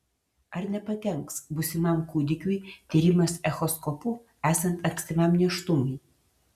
ar nepakenks būsimam kūdikiui tyrimas echoskopu esant ankstyvam nėštumui